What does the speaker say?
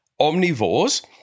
omnivores